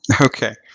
Okay